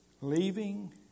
leaving